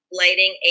lighting